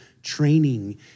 training